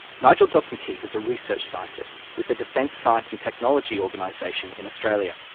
nigel dobson-keeffe is a research scientist with the defence science and technology organisation in australia.